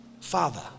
father